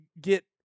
get